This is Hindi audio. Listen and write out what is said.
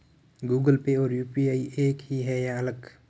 गूगल पे और यू.पी.आई एक ही है या अलग?